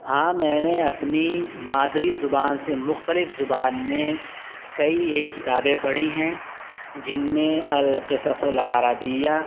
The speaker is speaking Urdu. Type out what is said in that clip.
ہاں میں نے اپنی مادری زبان سے مختلف زبان میں کئی ایک کتابیں پڑھی ہیں جن میں القصص العربیۃ